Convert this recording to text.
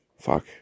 fuck